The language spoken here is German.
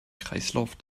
kreislauf